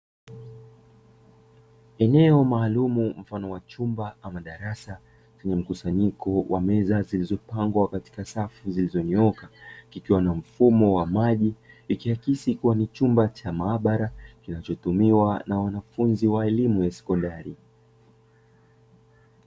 Eneo maalumu mfano wa chumba ama darasa lenye mkusanyiko wa meza zilizopangwa katika safu zilizonyooka, zikiwa na mfumo wa maji ikiakisi kuwa ni chumba cha maabara kinachotumiwa na wanafunzi wa elimu ya sekondari.